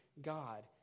God